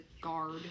guard